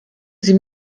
sie